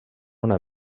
una